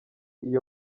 iyo